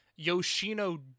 Yoshino